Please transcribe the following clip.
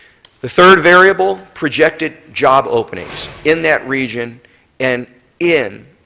the third variable, projected job openings in that region and in